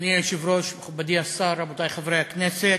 אדוני היושב-ראש, מכובדי השר, רבותי חברי הכנסת,